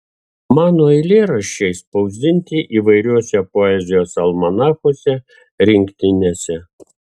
mano eilėraščiai spausdinti įvairiuose poezijos almanachuose rinktinėse